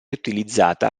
utilizzata